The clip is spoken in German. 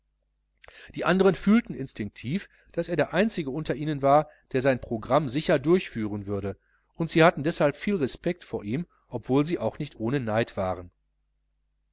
die andern fühlten instinktiv daß er der einzige unter ihnen war der sein programm sicher durchführen würde und sie hatten deshalb viel respekt vor ihm obwohl sie auch nicht ohne neid waren